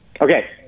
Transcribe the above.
Okay